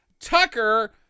Tucker